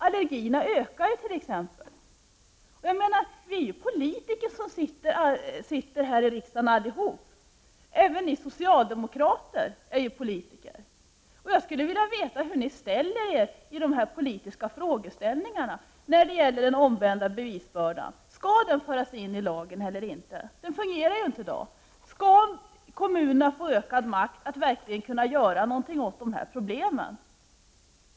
Allergierna ökar ju t.ex. Alla vi som sitter här i riksdagen, även ni socialde mokrater, är politiker, och jag skulle vilja veta hur ni ställer er när det gäller den omvända bevisbördan. Skall den föras in i lagen eller inte? Den fungerar ju inte i dag. Skall kommunerna få ökad makt att verkligen kunna göra någonting åt de här problemen?